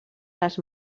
les